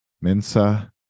Mensa